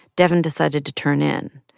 devyn decided to turn in.